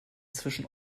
zwischen